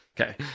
Okay